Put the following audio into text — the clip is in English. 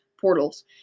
portals